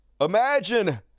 Imagine